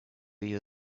you